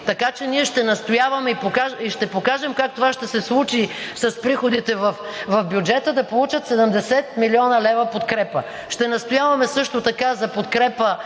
Така че ние ще настояваме и ще покажем как това ще се случи с приходите в бюджета да получат 70 млн. лв. подкрепа. Ще настояваме също така за подкрепа